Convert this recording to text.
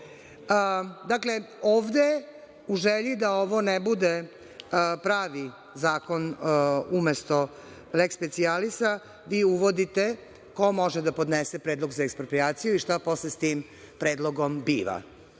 fali. Dakle, ovde u želji da ovo ne bude pravi zakon umesto leks specijalisa, vi uvodite ko može da podnese predlog za eksproprijaciju i šta posle sa tim predlogom biva.